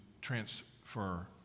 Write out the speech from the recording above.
Transfer